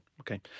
okay